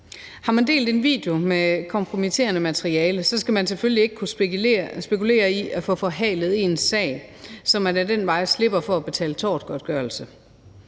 Har man delt en video med kompromitterende materiale, skal man selvfølgelig ikke kunne spekulere i at få forhalet ens sag, så man ad den vej slipper for at betale tortgodtgørelse.